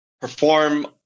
perform